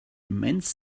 immense